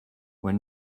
were